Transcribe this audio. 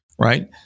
right